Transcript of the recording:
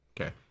Okay